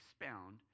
expound